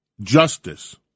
Justice